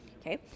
Okay